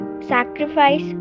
Sacrifice